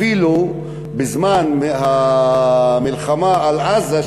אפילו בזמן המלחמה על עזה,